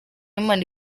imana